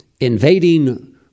Invading